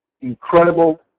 incredible